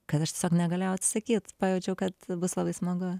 kad aš tiesiog negalėjau atsisakyt pajaučiau kad bus labai smagu